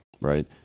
right